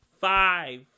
Five